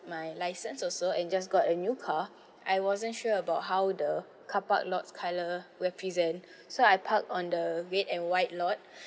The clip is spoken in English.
my license also and just got a new car I wasn't sure about how the carpark lot colour represent so I parked on the red and white lot